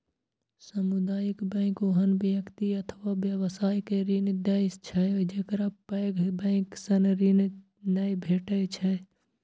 सामुदायिक बैंक ओहन व्यक्ति अथवा व्यवसाय के ऋण दै छै, जेकरा पैघ बैंक सं ऋण नै भेटै छै